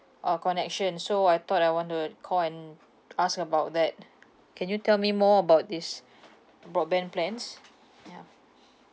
uh connection so I thought I want to call and ask about that can you tell me more about this broadband plans ya